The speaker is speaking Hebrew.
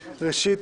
ראשית,